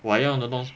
我要的东